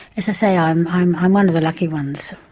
as i say, um i am one of the lucky ones.